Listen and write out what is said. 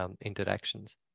interactions